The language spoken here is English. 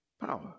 power